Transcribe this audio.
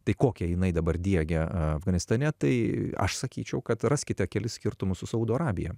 tai kokią jinai dabar diegia afganistane tai aš sakyčiau kad raskite kelis skirtumus su saudo arabija